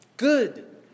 good